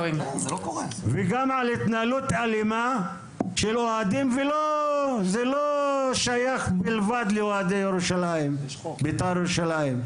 גם התנהלות אלימה של אוהדים וזה לא שייך בלבד לאוהדי בית"ר ירושלים.